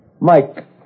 Mike